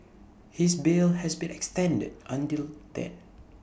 his bail has been extended until then